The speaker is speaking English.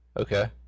Okay